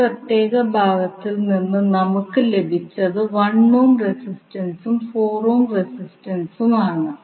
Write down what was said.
ഈ പ്രത്യേക ഭാഗത്തിൽ നിന്ന് നമുക്ക് ലഭിച്ചത് 1 ഓം റെസിസ്റ്റൻസും 4 ഓം റെസിസ്റ്റൻസും ആണ്